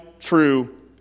True